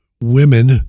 women